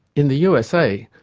in the usa,